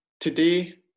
today